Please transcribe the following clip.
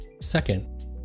Second